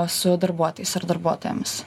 su darbuotojais ar darbuotojomis